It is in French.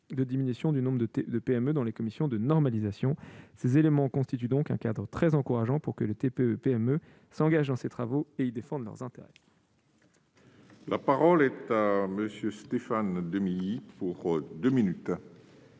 de diminution du nombre de PME siégeant dans les commissions de normalisation. Ces éléments constituent donc un cadre très encourageant pour que les TPE et PME s'engagent dans ces travaux et y défendent leurs intérêts. La parole est à M. Stéphane Demilly, auteur de